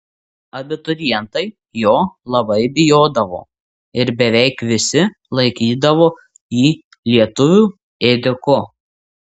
abiturientai jo labai bijodavo ir beveik visi laikydavo jį lietuvių ėdiku